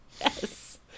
Yes